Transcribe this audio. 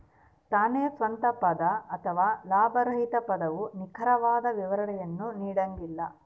ತಾನೇ ಸ್ವಂತ ಪದ ಅಥವಾ ಲಾಭರಹಿತ ಪದವು ನಿಖರವಾದ ವಿವರಣೆಯನ್ನು ನೀಡಂಗಿಲ್ಲ